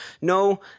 no